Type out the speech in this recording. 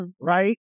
Right